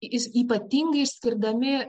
is ypatingai išskirdami